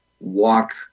walk